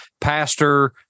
pastor